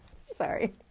sorry